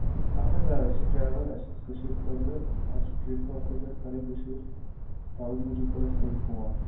آ اَہَن حظ آ أسۍ چھ ڈرایور اَسہِ أس کٔشیٖرِِ خٲطرٕ اسہِ چھِ ٹِرٛپ اکھ ٲس اَسہِ کَرٕنۍ کٔشیٖرِ تَوے موٗجوٗب کوٚر اَسہِ تۄہہِ فون